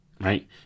Right